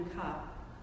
cup